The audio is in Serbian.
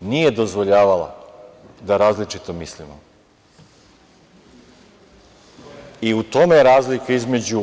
nije dozvoljavala da različito mislimo i u tome je razlika između